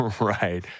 Right